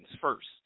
first